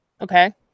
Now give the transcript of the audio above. okay